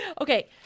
okay